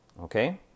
okay